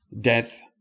death